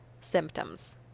symptoms